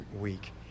week